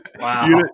Wow